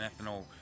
ethanol